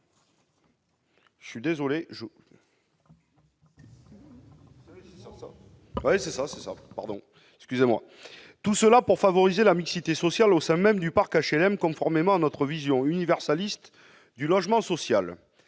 public et favorisera la mixité sociale au sein même du parc HLM, conformément à notre vision universaliste du logement social.